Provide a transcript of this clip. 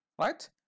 Right